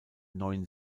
neuen